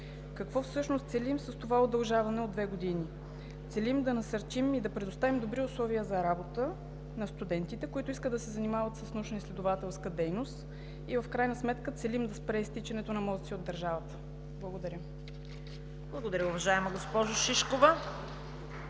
Какво всъщност целим с това удължаване от две години? Целим да насърчим и да предоставим добри условия за работа на студентите, които искат да се занимават с научноизследователска дейност, и в крайна сметка целим да спре изтичането на мозъци от държавата. Благодаря. (Ръкопляскания от „БСП за